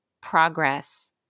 progress